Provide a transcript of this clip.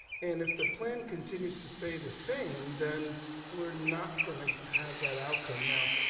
and if the plan continues to stay the same, then we're not gonna have that outcome. now,